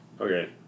Okay